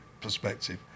perspective